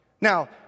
Now